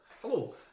Hello